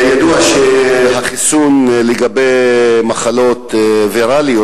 ידוע שהחיסון נגד מחלות ויראליות,